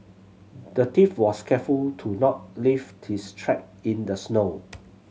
the thief was careful to not leave his track in the snow